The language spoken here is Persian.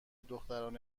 دختران